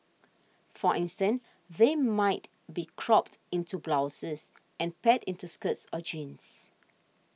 for instance they might be cropped into blouses and paired into skirts or jeans